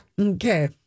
Okay